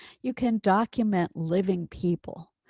you can document living people